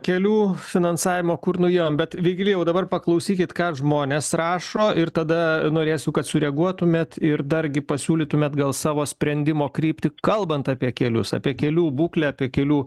kelių finansavimo kur nuėjom bet vigilijau dabar paklausykit ką žmonės rašo ir tada norėsiu kad sureaguotumėt ir dargi pasiūlytumėt atgal savo sprendimo kryptį kalbant apie kelius apie kelių būklę apie kelių